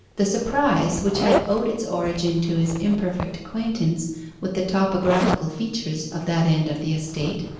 the surprise, which had owed its origin to his imperfect acquaintance with the topographical features of that end of the estate,